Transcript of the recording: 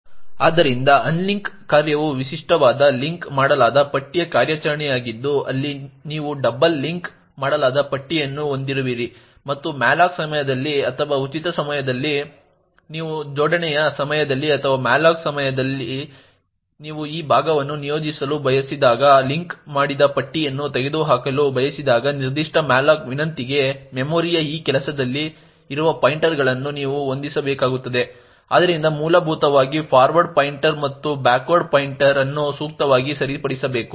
ಆದ್ದರಿಂದ ಅನ್ಲಿಂಕ್ ಕಾರ್ಯವು ವಿಶಿಷ್ಟವಾದ ಲಿಂಕ್ ಮಾಡಲಾದ ಪಟ್ಟಿಯ ಕಾರ್ಯಾಚರಣೆಯಾಗಿದ್ದು ಅಲ್ಲಿ ನೀವು ಡಬಲ್ ಲಿಂಕ್ ಮಾಡಲಾದ ಪಟ್ಟಿಯನ್ನು ಹೊಂದಿರುವಿರಿ ಮತ್ತು malloc ಸಮಯದಲ್ಲಿ ಅಥವಾ ಉಚಿತ ಸಮಯದಲ್ಲಿ ನೀವು ಜೋಡಣೆಯ ಸಮಯದಲ್ಲಿ ಅಥವಾ malloc ಸಮಯದಲ್ಲಿ ನೀವು ಈ ಭಾಗವನ್ನು ನಿಯೋಜಿಸಲು ಬಯಸಿದಾಗ ಲಿಂಕ್ ಮಾಡಿದ ಪಟ್ಟಿಯನ್ನು ತೆಗೆದುಹಾಕಲು ಬಯಸಿದಾಗ ನಿರ್ದಿಷ್ಟ malloc ವಿನಂತಿಗೆ ಮೆಮೊರಿಯ ಈ ಕೆಲಸದಲ್ಲಿ ಇರುವ ಪಾಯಿಂಟರ್ಗಳನ್ನು ನೀವು ಹೊಂದಿಸಬೇಕಾಗುತ್ತದೆ ಆದ್ದರಿಂದ ಮೂಲಭೂತವಾಗಿ ಫಾರ್ವರ್ಡ್ ಪಾಯಿಂಟರ್ ಮತ್ತು ಬ್ಯಾಕ್ವರ್ಡ್ ಪಾಯಿಂಟರ್ ಅನ್ನು ಸೂಕ್ತವಾಗಿ ಸರಿಪಡಿಸಬೇಕು